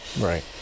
right